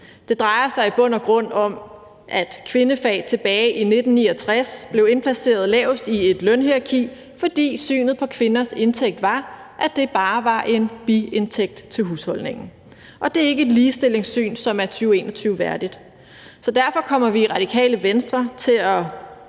Det drejer sig i bund og grund om, at kvindefag tilbage i 1969 blev placeret lavest i et lønhierarki, fordi synet på kvinders indtægt var, at det bare var en biindtægt til husholdningen, og det er ikke et ligestillingssyn, som er 2021 værdigt. Derfor kommer vi i Radikale Venstre til at